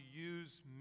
use